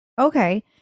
Okay